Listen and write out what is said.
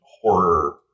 Horror